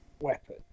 weapon